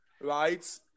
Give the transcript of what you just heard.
right